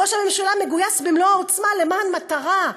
ראש ממשלה מגויס במלוא העוצמה למען מטרה,